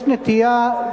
יש נטייה,